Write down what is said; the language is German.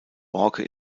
borke